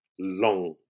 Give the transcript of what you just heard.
long